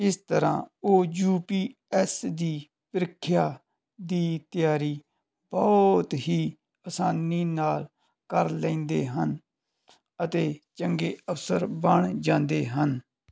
ਇਸ ਤਰ੍ਹਾਂ ਉਹ ਯੂ ਪੀ ਐਸ ਦੀ ਪ੍ਰੀਖਿਆ ਦੀ ਤਿਆਰੀ ਬਹੁਤ ਹੀ ਆਸਾਨੀ ਨਾਲ ਕਰ ਲੈਂਦੇ ਹਨ ਅਤੇ ਚੰਗੇ ਅਫਸਰ ਬਣ ਜਾਂਦੇ ਹਨ